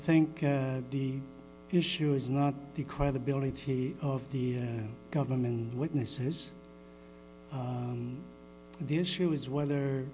think the issue is not the credibility of the government witnesses the issue is whether